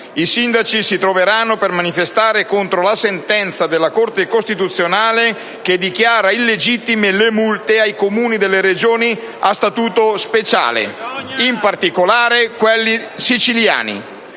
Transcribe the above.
I sindaci si troveranno per manifestare contro la sentenza della Corte costituzionale che dichiara illegittime le multe ai Comuni delle Regioni a Statuto speciale, in particolare quelli siciliani: